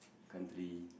country